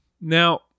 Now